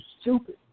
stupid